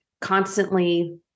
constantly